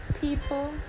people